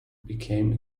became